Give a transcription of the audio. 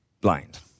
blind